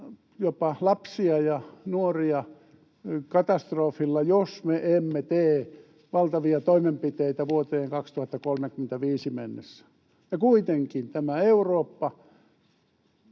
jopa lapsia ja nuoria katastrofilla, jos me emme tee valtavia toimenpiteitä vuoteen 2035 mennessä, ja kuitenkin Eurooppa